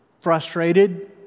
frustrated